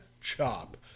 chop